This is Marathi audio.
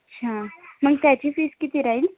अच्छा मग त्याची फीस किती राहील